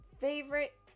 Favorite